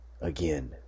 again